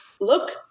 look